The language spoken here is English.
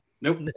Nope